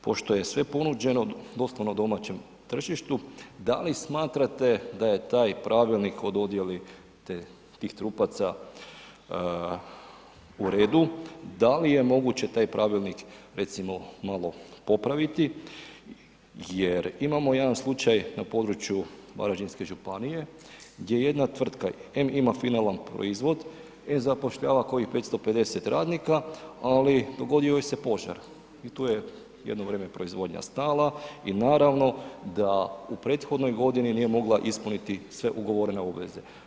Pošto je sve ponuđeno doslovno domaćem tržištu, da li smatrate da je taj pravilnik o dodjeli tih trupaca u redu, da li je moguće recimo malo popraviti jer imamo jedan slučaj na području Varaždinske županije gdje jedna tvrtka em ima finalan proizvod em zapošljava kojih 550 radnika ali dogodio joj se požar i tu je jedno vrijeme proizvodnja stala i naravno da u prethodnoj godini nije mogla ispuniti sve ugovorne obveze.